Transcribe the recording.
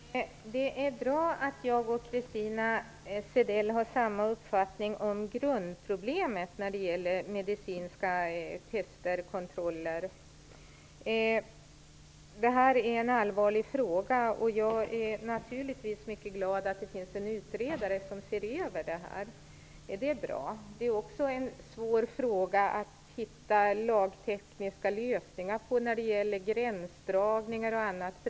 Herr talman! Det är bra att jag och Christina Zedell har samma uppfattning om grundproblemet när det gäller medicinska tester och kontroller. Detta är en allvarlig fråga, och jag är naturligtvis mycket glad att det finns en utredare som ser över den. Det är bra. Det är också en svår fråga att hitta lagtekniska lösningar på när det gäller gränsdragningar och annat.